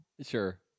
Sure